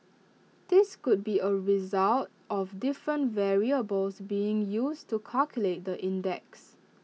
this could be A result of different variables being used to calculate the index